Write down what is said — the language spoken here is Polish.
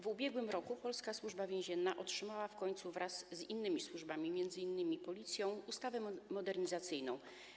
W ubiegłym roku polska Służba Więzienna otrzymała w końcu wraz z innymi służbami, m.in. z Policją, ustawę modernizacyjną.